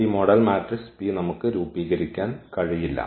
ഈ model matrix P നമുക്ക് രൂപീകരിക്കാൻ കഴിയില്ല